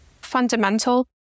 fundamental